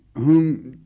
whom,